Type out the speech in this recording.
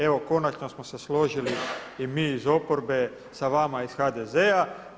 Evo konačno smo se složili i mi iz oporbe sa vama iz HDZ-a.